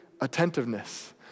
attentiveness